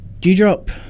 Dewdrop